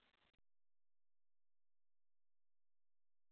ಕಳ್ಸಿಕೊಡ್ತೀನಿ ನಿಮ್ಗೆ ಒಳ್ಳೆಯ ರಿಜಿನೇಬಲ್ ರೇಟ್ನಾಗ ಅದು ವ್ಯವಸ್ಥೆ ಮಾಡ್ತೀವಿ ನಾವು